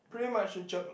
pretty much a joke lah